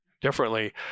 differently